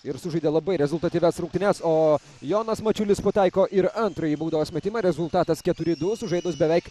ir sužaidė labai rezultatyvias rungtynes o jonas mačiulis pataiko ir antrąjį baudos metimą rezultatas keturi du sužaidus beveik